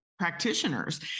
practitioners